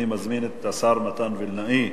אני מזמין את השר מתן וילנאי,